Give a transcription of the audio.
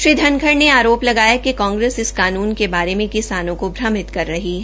श्री धनखड ने आरोप लगाया कि कांग्रेस इस कानून के बारे में किसानों को भ्रमित कर रही है